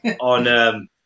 on